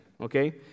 okay